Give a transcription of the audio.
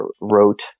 wrote